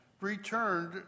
returned